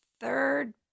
third